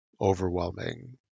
overwhelming